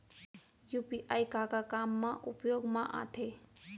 UPI का का काम मा उपयोग मा आथे?